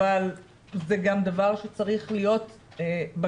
אבל זה גם דבר שצריך להיות בשוטף,